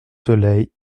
soleil